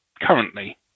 currently